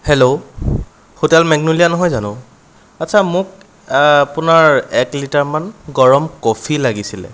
hello hotel Magnolia নহয় জানো আচ্ছা মোক আপোনাৰ এক লিটাৰ মান গৰম কফি লাগিছিলে